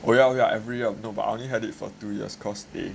oh ya ya every year no but I only had it for two years cause they they